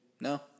No